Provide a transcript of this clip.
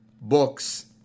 books